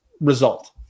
result